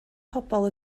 pobl